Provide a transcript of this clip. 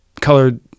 colored